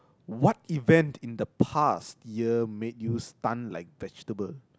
what event in the past year made you stun like vegetable